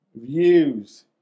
views